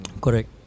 correct